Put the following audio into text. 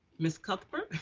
ms. cuthbert.